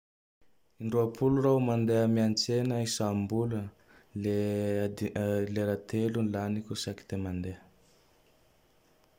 In-drôpolo raho mandeha miantsena isam-bola. Le lera telo ny laniko isak ty mandea.